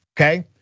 okay